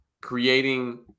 creating